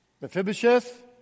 Mephibosheth